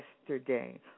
yesterday